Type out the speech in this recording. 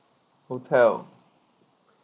hotel